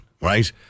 Right